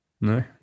No